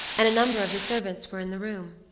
and a number of the servants were in the room.